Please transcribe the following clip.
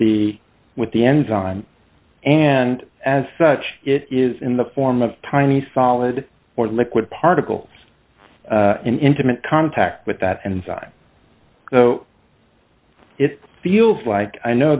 the with the enzyme and as such it is in the form of tiny solid or liquid particles in intimate contact with that inside it feels like i know